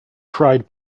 cried